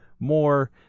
More